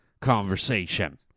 conversation